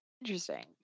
interesting